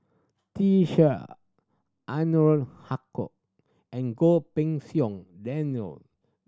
Ser Haque and Goh Pei Siong Daniel